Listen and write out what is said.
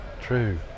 true